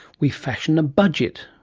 we fashion a budget,